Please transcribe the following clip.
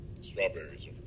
Strawberries